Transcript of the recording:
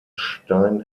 stein